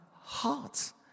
hearts